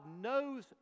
knows